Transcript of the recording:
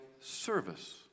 service